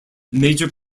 major